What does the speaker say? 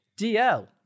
DL